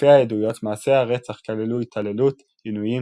לפי העדויות, מעשי הרצח כללו התעללות, עינויים,